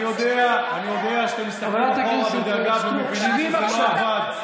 אבל לא צריך, תבואו לממשלה, נפרוש עוד סיבים.